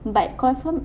but confirm